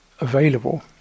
Available